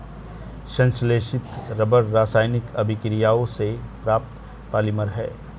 संश्लेषित रबर रासायनिक अभिक्रियाओं से प्राप्त पॉलिमर है